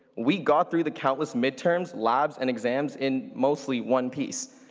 we got through the countless midterms, labs, and exams in mostly one piece.